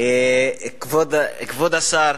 כבוד השר,